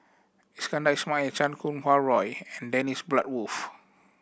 Iskandar Ismail Chan Kum Wah Roy and Dennis Bloodworth